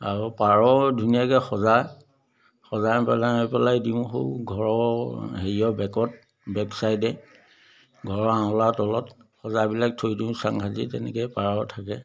আৰু পাৰ ধুনীয়াকৈ সঁজা সঁজা বনাই পেলাই দিওঁ সৌ ঘৰৰ হেৰিয়ৰ বেকত বেকচাইডে ঘৰৰ আঁওলাৰ তলত সঁজাবিলাক থৈ দিওঁ চাং সাজি তেনেকৈ পাৰ থাকে